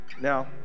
Now